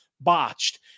botched